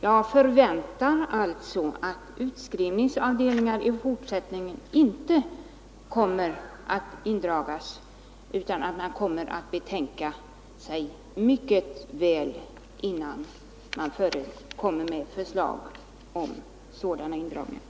Jag förväntar alltså att sådana avdelningar i fortsättningen inte utan vidare dras in och att man tänker sig mycket noga för innan man kommer med förslag om sådana indragningar.